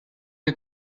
que